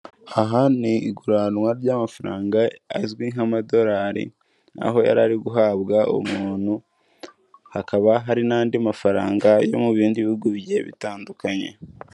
Aha ni iguranwa ry'amafaranga azwi nk'amadolari, aho yari ari guhabwa umuntu, hakaba hari n'andi mafaranga yo mu bindi bihugu bigiye bitandukanye.